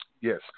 Yes